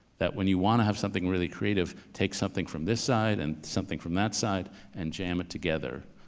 that when you want to have something really creative, take something from this side and something from that side and jam it together,